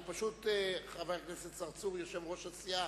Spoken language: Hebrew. חבר הכנסת צרצור, יושב-ראש הסיעה,